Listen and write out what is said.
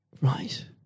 Right